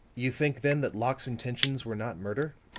you think, then, that locke's intentions were not murder?